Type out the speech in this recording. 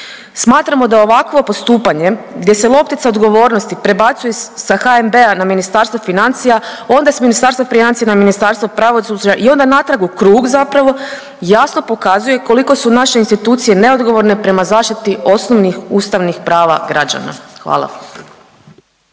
Smatramo da ovakvo postupanje gdje se loptica odgovornosti prebacuje sa HNB-a na Ministarstvo financija, onda s Ministarstva financija na Ministarstvo pravosuđa i onda natrag u krug zapravo, jasno pokazuje koliko su naše institucije neodgovorne prema zaštiti osnovnih ustavnih prava građana, hvala.